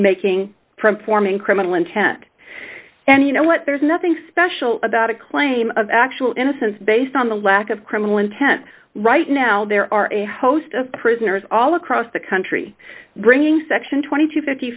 making from forming criminal intent and you know what there's nothing special about a claim of actual innocence based on the lack of criminal intent right now there are a host of prisoners all across the country bringing section twenty to fifty